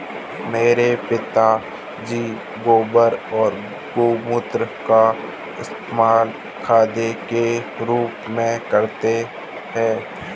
मेरे पापा जी गोबर और गोमूत्र का इस्तेमाल खाद के रूप में करते हैं